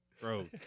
Bro